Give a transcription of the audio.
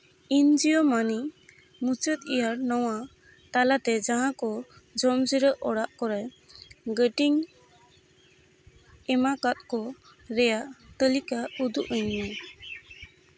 ᱤᱧ ᱡᱤᱭᱳ ᱢᱟᱹᱱᱤ ᱢᱩᱪᱟᱹᱫ ᱤᱭᱟᱨ ᱱᱚᱣᱟ ᱛᱟᱞᱟᱛᱮ ᱡᱟᱦᱟᱸ ᱠᱚ ᱡᱚᱢ ᱡᱤᱨᱟᱹᱜ ᱚᱲᱟᱜ ᱠᱚᱨᱮᱫ ᱠᱟᱹᱣᱰᱤᱧ ᱮᱢᱟᱫ ᱠᱚ ᱨᱮᱭᱟᱜ ᱛᱟᱹᱞᱤᱠᱟ ᱩᱫᱩᱜ ᱟᱹᱧ ᱢᱮ